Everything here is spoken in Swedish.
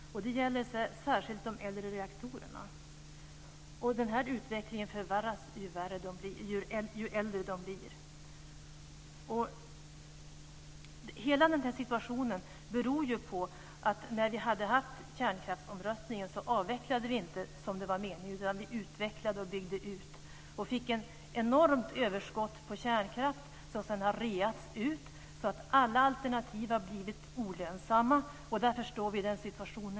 Det gäller särskilt de äldre reaktorerna. Den här utvecklingen förvärras ju äldre de blir. Hela denna situation beror ju på att när vi hade haft kärnkraftsomröstningen avvecklade vi inte som det var meningen, utan vi utvecklade och byggde ut och fick ett enormt överskott på kärnkraft som sedan har reats ut, så att alla alternativ har blivit olönsamma. Därför befinner vi oss i nuvarande situation.